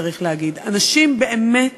אנשים באמת